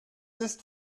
ist